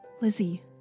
Lizzie